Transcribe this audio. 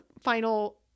final